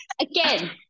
Again